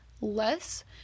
less